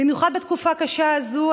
במיוחד בתקופה הקשה הזו,